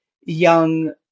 young